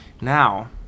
Now